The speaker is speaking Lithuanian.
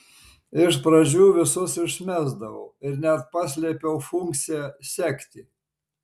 iš pradžių visus išmesdavau ir net paslėpiau funkciją sekti